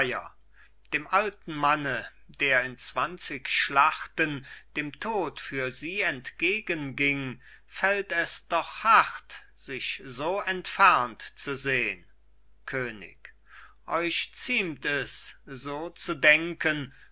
dem alten manne der in zwanzig schlachten dem tod für sie entgegenging fällt es doch hart sich so entfernt zu sehn könig euch ziemt es so zu denken